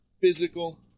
physical